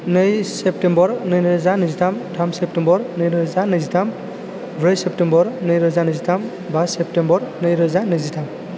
नै सेप्तेम्बर नै रोजा नैजिथाम थाम सेप्तेम्बर नैरोजा नैजिथाम ब्रै सेप्तेम्बर नैरोजा नैजिथाम बा सेप्तेम्बर नैरोजा नैजिथाम